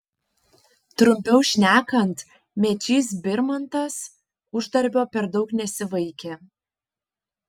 trumpiau šnekant mečys birmantas uždarbio per daug nesivaikė